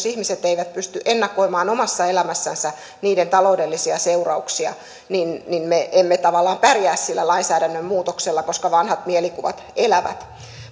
ihmiset eivät pysty ennakoimaan omassa elämässänsä niiden taloudellisia seurauksia niin niin me emme tavallaan pärjää sillä lainsäädännön muutoksella koska vanhat mielikuvat elävät